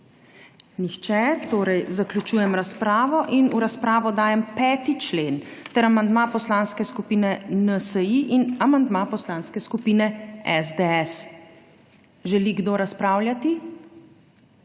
Nihče. Zaključujem razpravo. In v razpravo dajem 5. člen ter amandma Poslanske skupine NSi in amandma Poslanske skupine SDS. Želi kdo razpravljati?